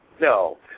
no